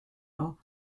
nhw